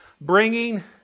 bringing